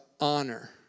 honor